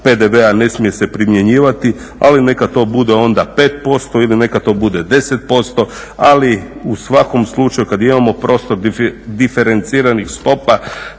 PDV-a ne smije se primjenjivati, ali neka to bude onda 5% ili neka to bude 10%, ali u svakom slučaju kad imamo prostor diferenciranih stopa